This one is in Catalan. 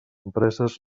empreses